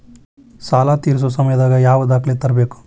ಸಾಲಾ ತೇರ್ಸೋ ಸಮಯದಾಗ ಯಾವ ದಾಖಲೆ ತರ್ಬೇಕು?